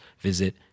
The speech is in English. visit